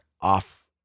off